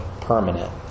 permanent